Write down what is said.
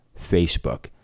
Facebook